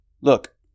look